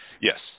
Yes